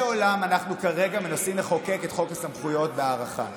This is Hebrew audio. עולם אנחנו כרגע מנסים לחוקק את חוק הסמכויות בהארכה?